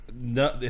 No